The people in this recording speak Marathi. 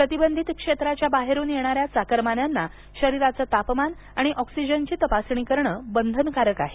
प्रतिबंधित क्षेत्राच्या बाहेरून येणाऱ्या चाकरमान्यांना शरीराचे तापमान आणि ऑक्सीजनची तपासणी करणं बंधनकारक आहे